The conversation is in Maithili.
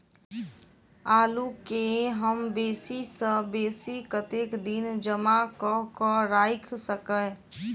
आलु केँ हम बेसी सऽ बेसी कतेक दिन जमा कऽ क राइख सकय